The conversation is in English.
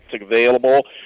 available